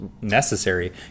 necessary